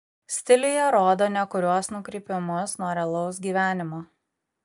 stiliuje rodo nekuriuos nukrypimus nuo realaus gyvenimo